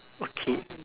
okay